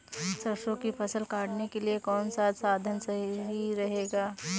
सरसो की फसल काटने के लिए कौन सा साधन सही रहेगा?